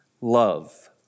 love